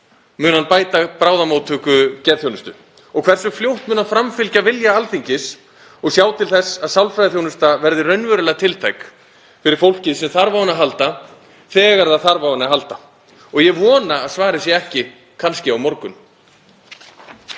hann bæta bráðamóttöku geðþjónustu? Og hversu fljótt mun hann framfylgja vilja Alþingis og sjá til þess að sálfræðiþjónusta verði raunverulega tiltæk fyrir fólkið sem þarf á henni að halda þegar það þarf á henni að halda? Ég vona að svarið sé ekki: Kannski á morgun.